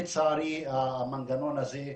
לצערי, המנגנון הזה,